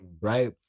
right